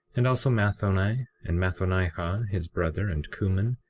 and also mathoni, and mathonihah, his brother, and kumen,